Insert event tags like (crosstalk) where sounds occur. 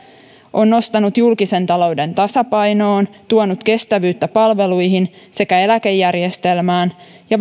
on nostanut julkisen talouden tasapainoon tuonut kestävyyttä palveluihin sekä eläkejärjestelmään ja (unintelligible)